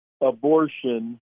abortion